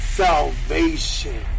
salvation